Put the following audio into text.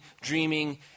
dreaming